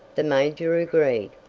the major agreed.